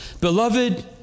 Beloved